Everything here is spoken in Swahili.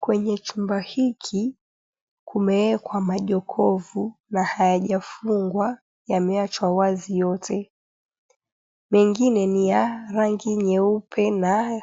Kwenye chumba hiki kumewekwa majokofu na hayajafungwa yameachwa wazi yote, mengine ni ya rangi nyeupe na